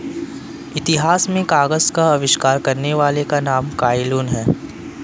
इतिहास में कागज का आविष्कार करने वाले का नाम काई लुन है